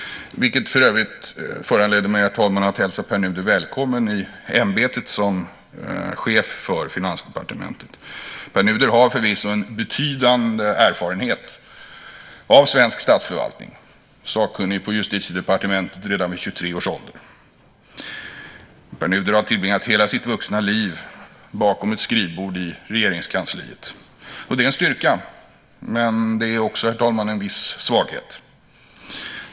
Detta föranleder mig för övrigt, herr talman, att hälsa Pär Nuder välkommen i ämbetet som chef för Finansdepartementet. Pär Nuder har förvisso en betydande erfarenhet av svensk statsförvaltning. Han var sakkunnig på Justitiedepartementet redan vid 23 års ålder. Pär Nuder har tillbringat hela sitt vuxna liv bakom ett skrivbord i Regeringskansliet. Det är en styrka, men det är också, herr talman, en viss svaghet.